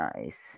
nice